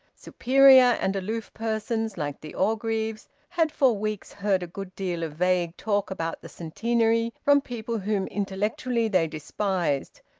superior and aloof persons, like the orgreaves, had for weeks heard a good deal of vague talk about the centenary from people whom intellectually they despised,